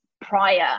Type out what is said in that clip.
prior